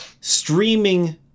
streaming